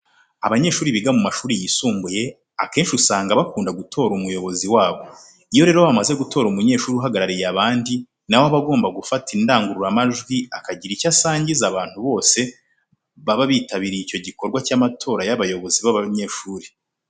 Abanyeshuri biga mu mashuri yisumbuye akenshi usanga bakunda gutora umuyobozi wabo. Iyo rero bamaze gutora umunyeshuri uhagarariye abandi, na we aba agomba gufata indangururamajwi akagira icyo asangiza abantu bose baba bitabiriye icyo gikorwa cy'amatora y'abayobozi b'abanyeshuri.